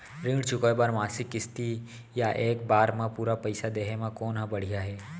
ऋण चुकोय बर मासिक किस्ती या एक बार म पूरा पइसा देहे म कोन ह बढ़िया हे?